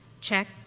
check